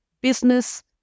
business